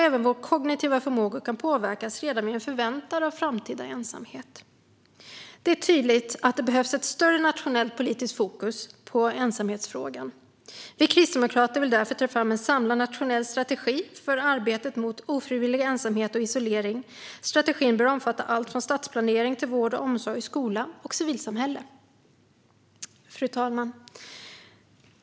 Även våra kognitiva förmågor kan påverkas redan vid en förväntan om framtida ensamhet. Det är tydligt att det behövs ett större nationellt politiskt fokus på ensamhetsfrågan. Vi kristdemokrater vill därför ta fram en samlad nationell strategi för arbetet mot ofrivillig ensamhet och isolering. Strategin bör omfatta allt från stadsplanering till vård och omsorg, skola och civilsamhälle. Fru talman!